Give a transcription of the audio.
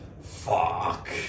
Fuck